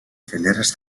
fileres